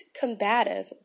combative